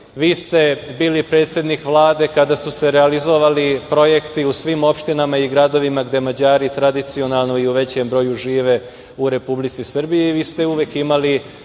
Vi ste bili predsednik Vlade kada su se realizovali projekti u svim opštinama i gradovima gde Mađari tradicionalno i u većem broju žive u Republici Srbiji.